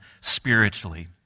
spiritually